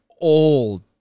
old